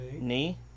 Knee